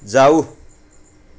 जाऊ